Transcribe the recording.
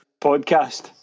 Podcast